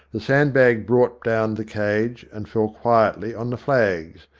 the sand-bag brought down the cage and fell quietly on the flags,